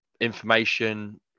information